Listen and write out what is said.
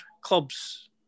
clubs